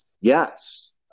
yes